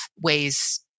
ways